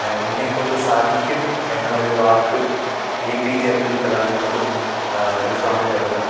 നിന്നെ കൊണ്ട് സാധിക്കും എന്നൊരു വാക്ക് എ പി ജെ അബ്ദുൾ കലാമിനോട് ഒരു സ്വാമി പറഞ്ഞു